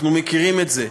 אנחנו מכירים את זה.